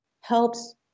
helps